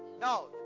No